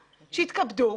שיתכבדו,